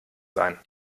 sein